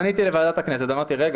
פניתי לוועדת הכנסת ואמרתי: רגע,